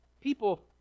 people